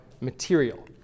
material